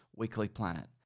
weeklyplanet